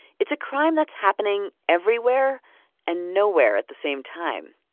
it's a crime that's happening everywhere and nowhere at the same time.